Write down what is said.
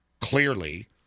clearly